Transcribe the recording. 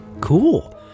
Cool